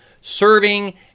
serving